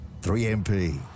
3MP